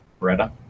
Beretta